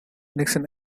nixon